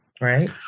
right